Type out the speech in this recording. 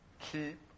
Keep